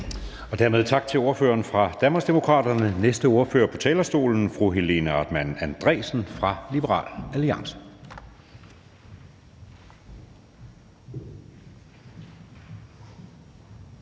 Dermed tak til ordføreren fra Danmarksdemokraterne. Næste ordfører på talerstolen er fru Helena Artmann Andresen fra Liberal Alliance.